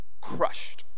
crushed